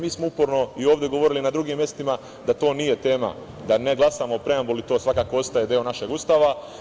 Mi smo uporno i ovde govorili i na drugim mestima da to nije tema, da ne glasamo o preambuli, to svakako ostaje deo našeg Ustava.